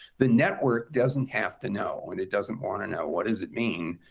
the network doesn't have to know. and it doesn't want to know what does it mean.